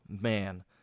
man